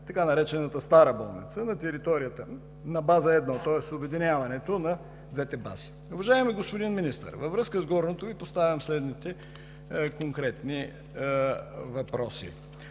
така наречената „стара болница” на територията на База 1, тоест обединяването на двете бази. Уважаеми господин Министър, във връзка с горното Ви поставям следните конкретни въпроси: